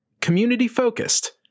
community-focused